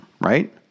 right